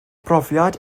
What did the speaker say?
brofiad